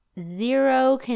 zero